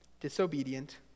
disobedient